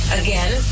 again